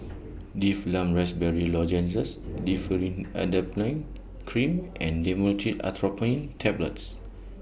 Difflam Raspberry Lozenges Differin Adapalene Cream and Dhamotil Atropine Tablets